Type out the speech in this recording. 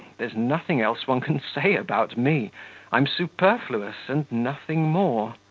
there's nothing else one can say about me i'm superfluous and nothing more.